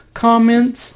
comments